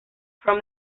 from